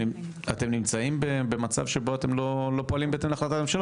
אתם נמצאים במצב שבו אתם לא פועלים בהתאם להחלטת הממשלה,